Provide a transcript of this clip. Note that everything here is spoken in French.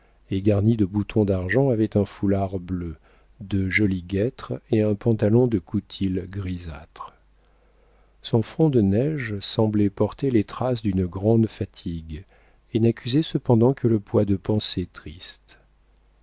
et garnie de boutons d'argent avait un foulard bleu de jolies guêtres et un pantalon de coutil grisâtre son front de neige semblait porter les traces d'une grande fatigue et n'accusait cependant que le poids de pensées tristes